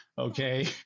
Okay